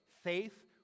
Faith